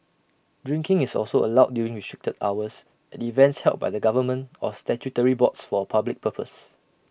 drinking is also allowed during restricted hours at events held by the government or statutory boards for A public purpose